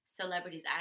celebrities